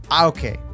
Okay